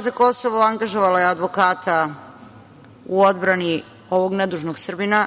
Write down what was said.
za Kosovo angažovala je advokata u odbrani ovog nedužnog Srbina